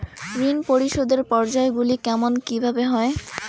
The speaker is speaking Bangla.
ঋণ পরিশোধের পর্যায়গুলি কেমন কিভাবে হয়?